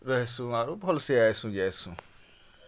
ରହେସୁଁ ଆରୁ ଭଲ୍ସେ ଆଏସୁଁ ଯାଏସୁଁ